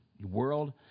world